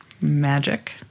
magic